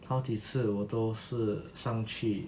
好几次我都上去